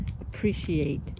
appreciate